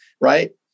Right